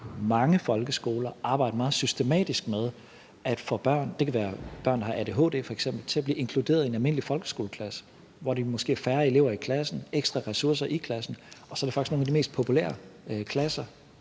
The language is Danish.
mange folkeskoler arbejde meget systematisk med at få børn – det kan f.eks. være børn, der har adhd – til at blive inkluderet i en almindelig folkeskoleklasse, hvor de måske er færre elever i klassen og har ekstra ressourcer i klassen, hvilket gør, at det faktisk er nogle af de mest populære klasser